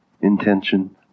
Intention